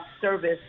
service